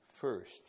first